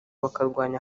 bakarwanya